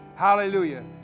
Hallelujah